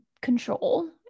control